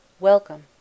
Welcome